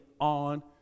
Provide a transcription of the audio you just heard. on